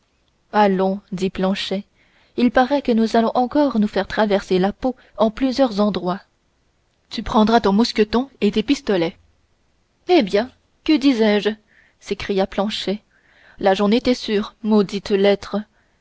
allons dit planchet il paraît que nous allons encore nous faire traverser la peau en plusieurs endroits tu prendras ton mousqueton et tes pistolets eh bien que disais-je s'écria planchet là j'en étais sûr maudite